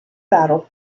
battle